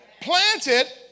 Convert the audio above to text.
planted